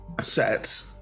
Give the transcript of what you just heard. set